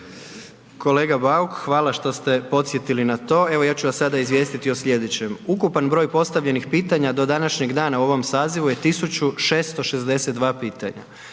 Kolega Bauk, hvala što ste podsjetili na to. Evo, ja ću vas sada izvijestiti o slijedećem, ukupan broj postavljenih pitanja do današnjeg dana u ovom sazivu je 1662 pitanja.